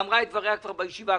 היא אמרה את דבריה כבר בישיבה הקודמת.